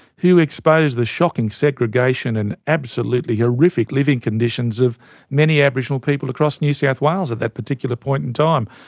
who exposed the shocking segregation and absolutely horrific living conditions of many aboriginal people across new south wales at that particular point in time.